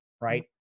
right